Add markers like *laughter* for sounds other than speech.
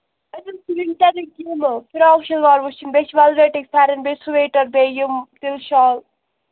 اَچھا *unintelligible* ٹایمہٕ یِمو فِراکھ شِلوار وُچھِن بیٚیہِ چھِ ویلویٹِک پھیرَن بیٚیہِ سویٹَر بیٚیہِ یِم تِلہٕ شال